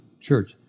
church